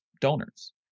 donors